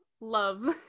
love